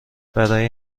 برای